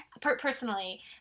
personally